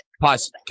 Pause